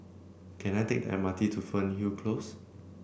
can I take the M R T to Fernhill Close